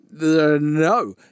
no